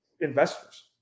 Investors